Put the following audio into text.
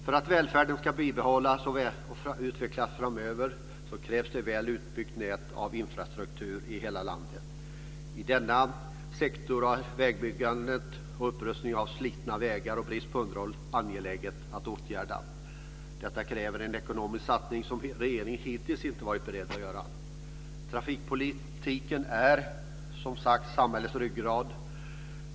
För att välfärden ska bibehållas och utvecklas framöver krävs ett väl utbyggt nät av infrastruktur i hela landet. I denna sektor är väggbyggande samt underhåll och upprustning av slitna vägar angelägna åtgärder. Detta kräver en ekonomisk satsning som regeringen hittills inte har varit beredd att göra. Trafikpolitiken är som sagt samhällets ryggrad.